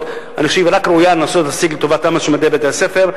רב-תרבותיות כשלנו הוא יצירתה של חוויה משותפת אחת,